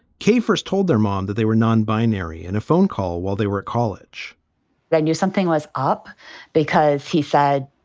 kiefer's told their mom that they were non binary in a phone call while they were at college they knew something was up because he said,